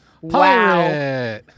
Wow